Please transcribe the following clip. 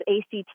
ACT